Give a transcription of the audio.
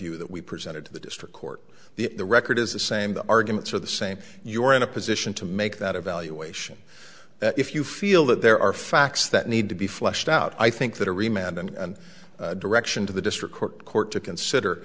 you that we presented to the district court the record is the same the arguments are the same you are in a position to make that evaluation that if you feel that there are facts that need to be fleshed out i think that every man and direction to the district court to consider